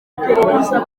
iperereza